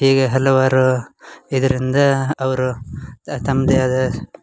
ಹೀಗೆ ಹಲವಾರು ಇದರಿಂದ ಅವರು ತಮ್ಮದೇ ಆದ